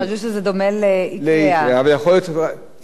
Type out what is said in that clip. יכול להיות שציפו למחירים אחרים.